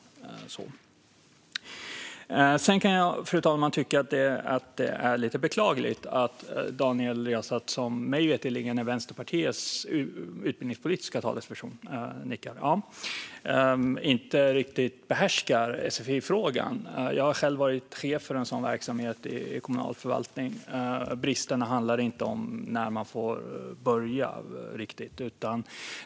Mig veterligen är Daniel Riazat Vänsterpartiets utbildningspolitiska talesperson - han nickar - och jag kan tycka att det är lite beklagligt att han inte riktigt behärskar sfi-frågan, fru talman. Jag har själv varit chef för en sådan verksamhet i kommunal förvaltning, och bristerna handlar inte riktigt om när man får börja.